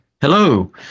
Hello